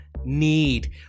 need